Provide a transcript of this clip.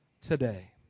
today